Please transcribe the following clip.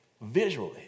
visually